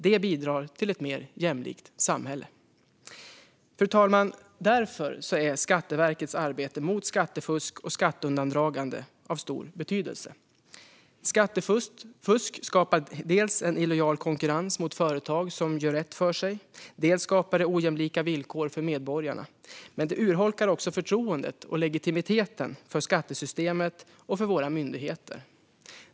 Det bidrar till ett mer jämlikt samhälle. Fru talman! Därför är Skatteverkets arbete mot skattefusk och skatteundandragande av stor betydelse. Skattefusk skapar dels en illojal konkurrens mot företag som gör rätt för sig, dels ojämlika villkor för medborgarna. Det urholkar också förtroendet och legitimiteten för skattesystemet och för våra myndigheter.